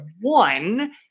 one